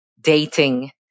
dating